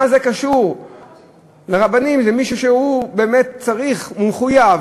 מה זה קשור לרבנים, למישהו שבאמת צריך ומחויב